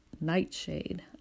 nightshade